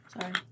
Sorry